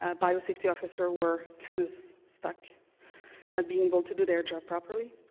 ah biosafety officers were were kind of stuck not being able to do their job properly.